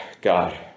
God